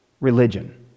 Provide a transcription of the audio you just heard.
Religion